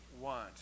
want